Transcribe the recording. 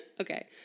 Okay